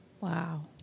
Wow